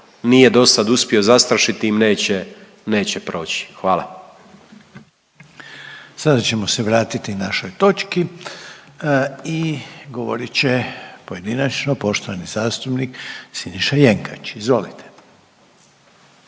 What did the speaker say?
svjedočimo. **Reiner, Željko (HDZ)** Sada ćemo se vratiti našoj točki i govorit će pojedinačno poštovani zastupnik Siniša Jenkač, izvolite.